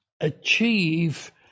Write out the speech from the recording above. achieve